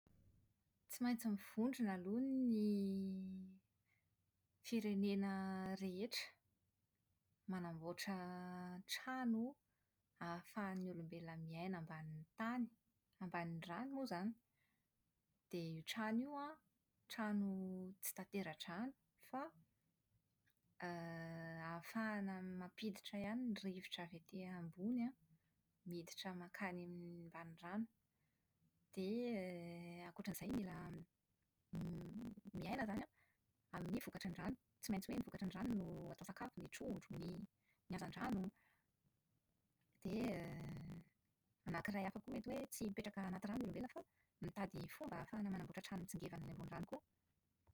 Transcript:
Tsy maintsy mivondrona aloha ny firenena rehetra manamboatra trano ahafahan'ny olombelona miaina ambanin'ny tany. Ambanin'ny rano moa izany. Dia io trano io an, trano tsy tatera-drano, fa > ahafahana ihany mampiditra ny rivotra avy ety ambony an miditra mankany ambany rano. Dia > ankoatra an'izay mila miaina izany an amin'ny vokatry ny rano, tsy maintsy hoe ny vokatry ny rano no atao sakafo, ny trondro, ny ny hazandrano. Anankiray hafa koa mety hoe tsy hipetraka anaty rano ny olombelona fa mitady fomba ahafahana manamboatra trano mitsingevana ambony rano koa.